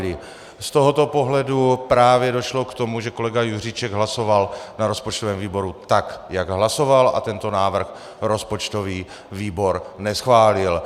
Z tohoto pohledu právě došlo k tomu, že kolega Juříček hlasoval na rozpočtovém výboru tak, jak hlasoval, a tento návrh rozpočtový výbor neschválil.